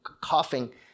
coughing